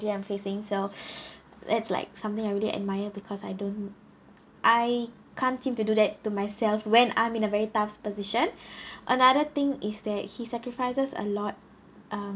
ly~ I'm facing so that's like something I really admire because I don't I can't seem to do that to myself when I'm in a very tough position another thing is that he sacrifices a lot um